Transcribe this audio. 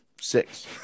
six